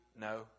No